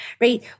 right